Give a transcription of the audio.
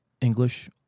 English